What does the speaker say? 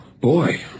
boy